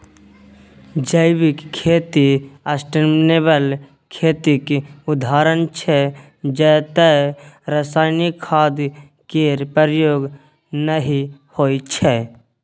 जैविक खेती सस्टेनेबल खेतीक उदाहरण छै जतय रासायनिक खाद केर प्रयोग नहि होइ छै